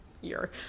year